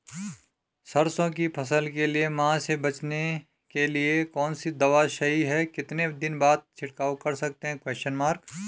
सरसों की फसल के लिए माह से बचने के लिए कौन सी दवा सही है कितने दिन बाद छिड़काव कर सकते हैं?